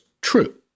true